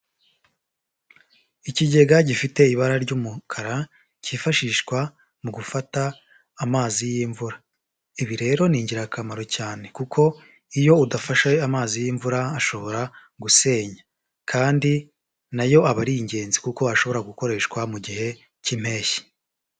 Ikigega gifite ibara ry'umukara cyifashishwa mu gufata amazi y'imvura, ibi rero ni ingirakamaro cyane kuko iyo udafashe amazi y'imvura ashobora gusenya kandi nayo aba ari ingenzi kuko ashobora gukoreshwa mu gihe cy'impeshyi.